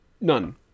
None